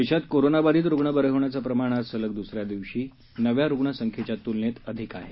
देशात कोरोना विषाणू संसर्गाचे रुग्ण बरे होण्याचं प्रमाण आज सलग दुसऱ्या दिवशी नव्या रुग्ण संख्येच्या तुलनेत अधिक आहे